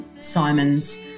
Simon's